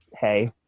Hey